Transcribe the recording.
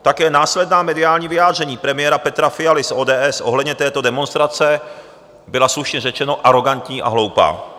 Také následná mediální vyjádření premiéra Petra Fialy z ODS ohledně této demonstrace byla, slušně řečeno, arogantní a hloupá.